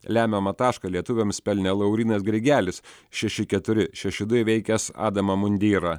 lemiamą tašką lietuviams pelnė laurynas grigelis šeši keturi šeši du įveikęs adamą mundyrą